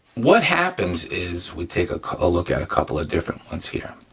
what happens is, we take ah a look at a couple of different ones here,